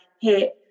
hit